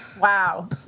Wow